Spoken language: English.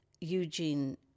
Eugene